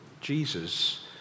Jesus